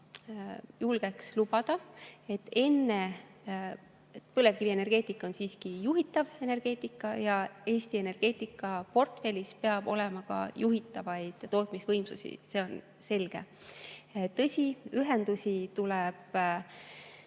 julgeks lubada. Põlevkivienergeetika on siiski juhitav energeetika ja Eesti energeetikaportfellis peab olema ka juhitavaid tootmisvõimsusi, see on selge. Tõsi, ühendusi